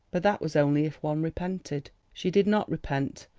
but that was only if one repented. she did not repent,